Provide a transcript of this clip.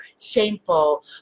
shameful